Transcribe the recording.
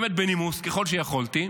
באמת בנימוס ככל שיכולתי,